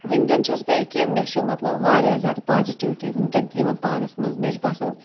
وٕنۍکٮ۪ن چھَس بہٕ ییٚکیٛاہ مےٚ چھُ مطلب واریاہ زیادٕ پازِٹِوِٹی وٕنۍکٮ۪ن تہِ یِوان پانَس منٛز مےٚ چھُ باسان